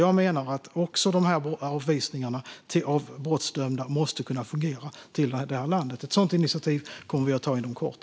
Jag menar att avvisningar av brottsdömda måste kunna fungera till det här landet. Ett sådant initiativ kommer vi att ta inom kort.